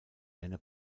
eine